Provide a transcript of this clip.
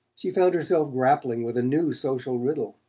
she found herself grappling with a new social riddle,